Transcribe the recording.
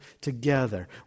together